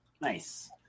Nice